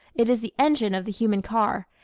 it is the engine of the human car,